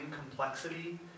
complexity